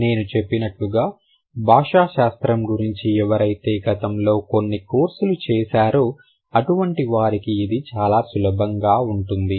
నేను చెప్పినట్లుగా భాషా శాస్త్రం గురించి ఎవరైతే గతములో కొన్ని కోర్సులు చేశారో అటువంటి వారికి ఇది చాలా సులభంగా ఉంటుంది